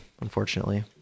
unfortunately